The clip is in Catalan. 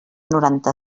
noranta